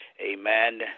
amen